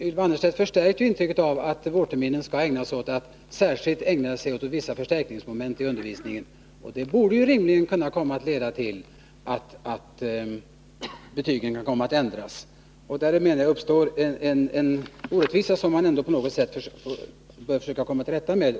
Ylva Annerstedt förstärker intrycket av detta när hon hävdar att vårterminen skall särskilt ägnas åt vissa förstärkningsmoment i undervisningen. Detta bör rimligen kunna leda till att betygen ändras. Där, menar jag, uppstår en orättvisa som man på något sätt bör komma till rätta med.